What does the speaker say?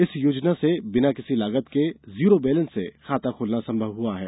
इस योजना से बिना किसी लागत के ज़ीरो बैलेन्स से खाता खोलना संभव हुआ है